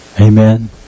Amen